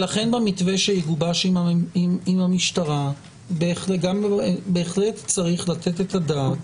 ולכן במתווה שיגובש עם המשטרה בהחלט צריך לתת את הדעת